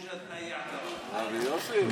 יפה.